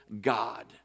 God